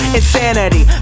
Insanity